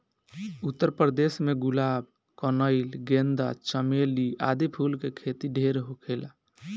उत्तर प्रदेश में गुलाब, कनइल, गेंदा, चमेली आदि फूल के खेती ढेर होखेला